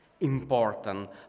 important